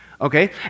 okay